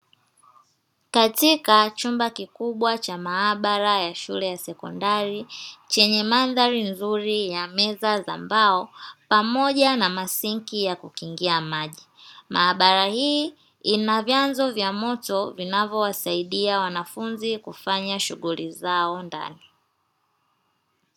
Katika chumba kikubwa cha maabara ya shule ya sekondari chenye mandhari nzuri ya meza za mbao pamoja na masinki ya kukingia maji. Maabara hii inavyanzo vya moto vinavyowasaidia wanafunzi kufanya shughuli zao ndani.